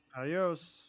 adios